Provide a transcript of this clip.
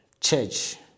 church